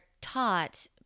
taught